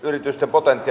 arvoisa puhemies